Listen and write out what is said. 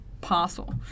parcel